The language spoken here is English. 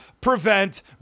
prevent